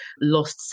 lost